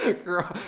ah girls. ahh,